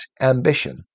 ambition